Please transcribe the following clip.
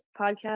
podcast